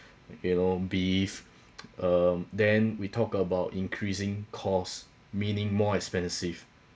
you know beef uh then we talk about increasing cost meaning more expensive